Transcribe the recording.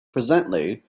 presently